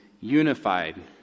unified